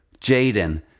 Jaden